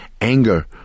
anger